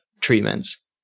treatments